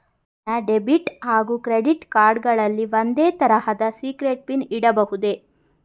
ನನ್ನ ಡೆಬಿಟ್ ಹಾಗೂ credit card ಗಳಿಗೆ ಒಂದೇ ತರಹದ ಸೀಕ್ರೇಟ್ ಪಿನ್ ಇಡಬಹುದೇ?